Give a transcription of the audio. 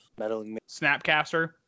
Snapcaster